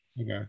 Okay